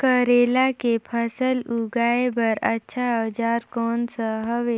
करेला के फसल उगाई बार अच्छा औजार कोन सा हवे?